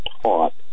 taught